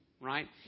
Right